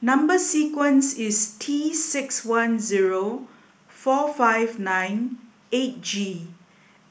number sequence is T six one zero four five nine eight G